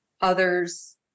others